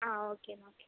ആ okay okay